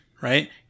right